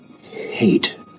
hate